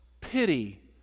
pity